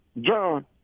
John